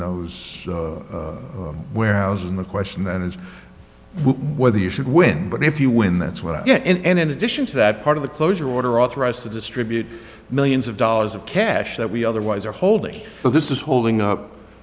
those warehouses and the question then is whether you should win but if you win that's what i get and in addition to that part of the closure order authorized to distribute millions of dollars of cash that we otherwise are holding this is holding up